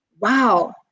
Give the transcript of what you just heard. wow